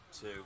two